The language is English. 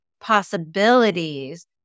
possibilities